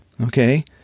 okay